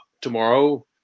tomorrow